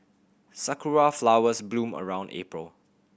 sakura flowers bloom around April